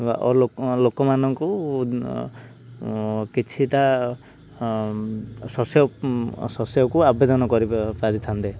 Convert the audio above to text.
ଲୋକ ଲୋକମାନଙ୍କୁ କିଛିଟା ଶସ୍ୟ ଶସ୍ୟକୁ ଆବେଦନ କରି ପାରିଥାନ୍ତେ